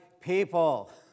people